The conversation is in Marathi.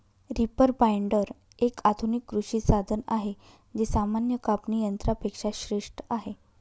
रीपर बाईंडर, एक आधुनिक कृषी साधन आहे जे सामान्य कापणी यंत्रा पेक्षा श्रेष्ठ आहे